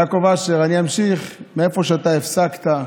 יעקב אשר, אני אמשיך מאיפה שאתה הפסקת: